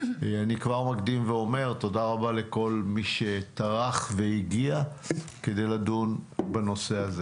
אני כבר מקדים ואומר: תודה רבה לכל מי שטרח והגיע כדי לדון בנושא הזה.